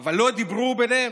אבל לא דיברו ביניהם.